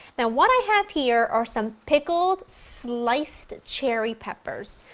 now what i have here are some pickled sliced cherry peppers.